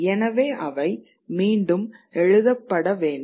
எனவே அவை மீண்டும் எழுதப்பட வேண்டும்